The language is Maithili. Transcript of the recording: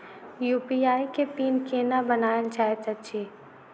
यु.पी.आई केँ पिन केना बनायल जाइत अछि